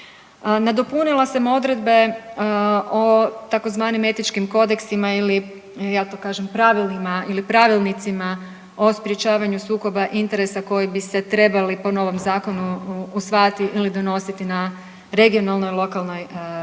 Nadopunila sam odredbe o tzv. etičkim kodeksima ili ja to kažem pravilima ili pravilnicima o sprječavanju sukoba interesa koji bi se trebali po novom zakonu usvajati ili donositi na regionalnoj i lokalnoj razini.